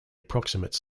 approximate